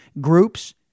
groups